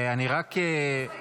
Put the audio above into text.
אני רק אבהיר,